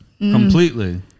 completely